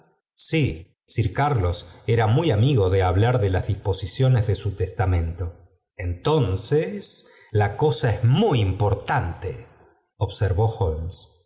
í i r carlos era muy amigo de hablar de las disposiciones de su testamento entonces la cosa es muy importante observó